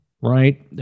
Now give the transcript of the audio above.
right